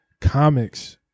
comics